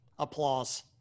Applause